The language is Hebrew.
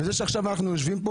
וזה שאנחנו עכשיו יושבים פה